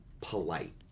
polite